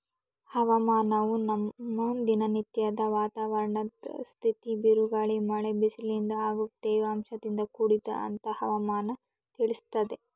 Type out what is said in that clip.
ಹವಾಮಾನವು ನಮ್ಮ ದಿನನತ್ಯದ ವಾತಾವರಣದ್ ಸ್ಥಿತಿ ಬಿರುಗಾಳಿ ಮಳೆ ಬಿಸಿಲಿನಿಂದ ಹಾಗೂ ತೇವಾಂಶದಿಂದ ಕೂಡಿದೆ ಅಂತ ಹವಾಮನ ತಿಳಿಸ್ತದೆ